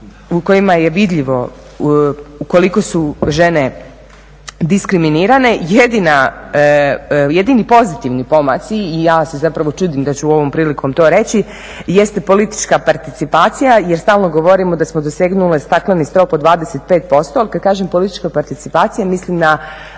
u kojima je vidljivo koliko su žene diskriminirane, jedini pozitivni pomaci i ja se zapravo čudim da ću ovom prilikom to reći, jeste politička participacija jer stalno govorimo da smo dosegnule stakleni strop od 25%, ali kad kažem politička participacija mislim na